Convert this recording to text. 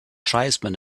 tribesmen